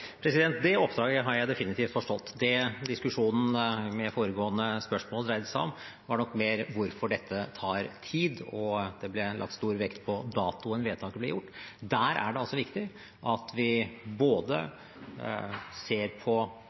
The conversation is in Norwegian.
Det oppdraget har jeg definitivt forstått. Det diskusjonen i foregående spørsmål dreide seg om, var nok mer hvorfor dette tar tid, og det ble lagt stor vekt på datoen vedtaket ble gjort. Der er det viktig at vi både ser på